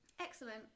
Excellent